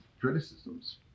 criticisms